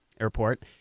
airport